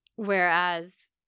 Whereas